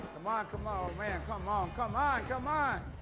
come on, come on! oh, man, come on, come on, come on!